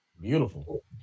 Beautiful